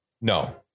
No